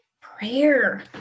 prayer